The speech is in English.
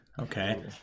Okay